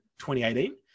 2018